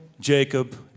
Jacob